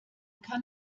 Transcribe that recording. kann